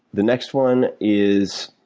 the next one is,